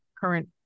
current